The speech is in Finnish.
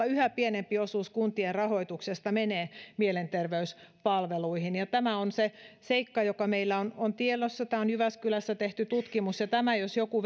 yhä pienempi osuus kuntien rahoituksesta menee mielenterveyspalveluihin tämä on seikka joka meillä on on tiedossa tämä on jyväskylässä tehty tutkimus ja tämä jos joku